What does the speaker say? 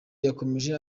yakomeje